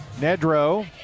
Nedro